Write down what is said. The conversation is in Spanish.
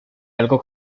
algo